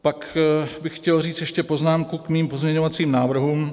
Pak bych chtěl říct ještě poznámku k svým pozměňovacím návrhům.